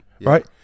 right